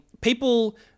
people